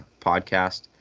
podcast